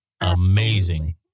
amazing